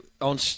on